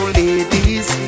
ladies